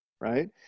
right